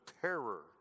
terror